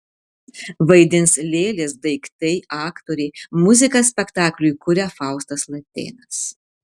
vaidins lėlės daiktai aktoriai muziką spektakliui kuria faustas latėnas